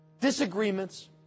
disagreements